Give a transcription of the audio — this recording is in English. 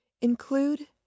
include